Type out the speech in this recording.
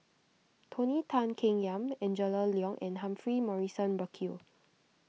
Tony Tan Keng Yam Angela Liong and Humphrey Morrison Burkill